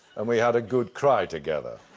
and we had a good cry together.